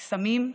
"סמים"